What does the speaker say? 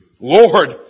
Lord